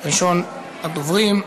ראשון הדוברים.